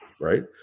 right